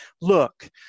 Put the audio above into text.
look